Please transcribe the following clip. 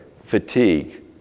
Fatigue